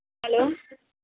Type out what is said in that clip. hello